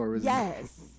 Yes